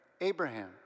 Abraham